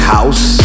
House